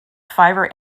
fiber